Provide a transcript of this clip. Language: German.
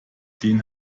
den